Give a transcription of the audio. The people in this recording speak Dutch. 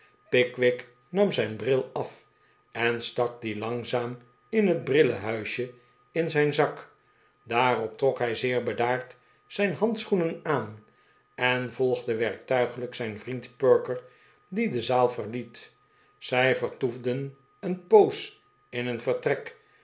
pickwick nam zijn bril af en stak dien langzaam in het brillehuisje en in zijn zak daarop trok hij zeer bedaard zijn handschoenen aan en volgde werktuiglijk zijn vriend perker die de zaal verliet zij vertoefden een poos in een vertrek